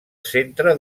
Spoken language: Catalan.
centre